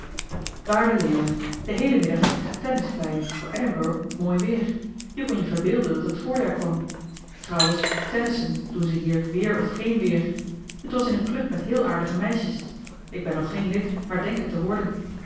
waarde leo den heelen middag heb ik getennist bij voor edinburg mooi weer je kon je verbeelden dat het voorjaar kwam trouwens tennissen doen ze hier weer of geen weer het was in een club met heel aardige meisjes ik ben nog geen lid maar denk het te worden